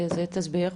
תסביר.